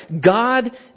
God